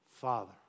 Father